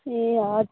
ए हजुर